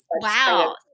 Wow